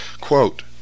Quote